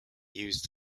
used